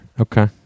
Okay